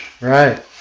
Right